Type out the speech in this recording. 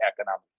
economic